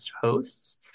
hosts